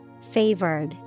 Favored